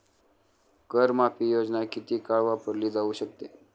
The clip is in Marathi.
कर माफी योजना किती काळ वापरली जाऊ शकते?